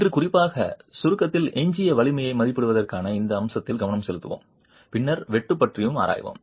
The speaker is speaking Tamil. இன்று குறிப்பாக சுருக்கத்தில் எஞ்சிய வலிமையை மதிப்பிடுவதற்கான இந்த அம்சத்தில் கவனம் செலுத்துவோம் பின்னர் வெட்டு பற்றியும் ஆராய்வோம்